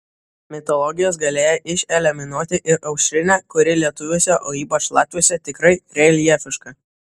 mitologijos galėjo išeliminuoti ir aušrinę kuri lietuviuose o ypač latviuose tikrai reljefiška